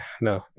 No